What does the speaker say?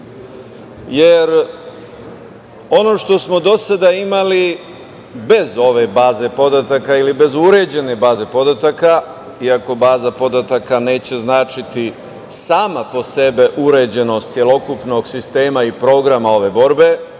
jer ono što smo do sada imali, bez ove baze podataka ili bez uređene baze podataka, iako baza podataka neće značiti, sama po sebi, uređenost celokupnog sistema i programa ove borbe